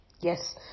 Yes